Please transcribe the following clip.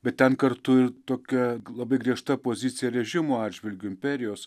bet ten kartu ir tokia labai griežta pozicija režimo atžvilgiu imperijos